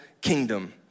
kingdom